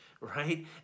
right